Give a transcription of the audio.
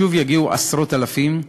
שוב יגיעו עשרות אלפים,